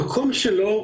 המקום שלו,